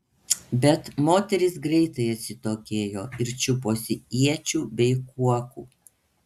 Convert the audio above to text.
bet moterys greitai atsitokėjo ir čiuposi iečių bei kuokų